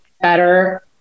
better